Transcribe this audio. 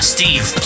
Steve